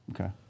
okay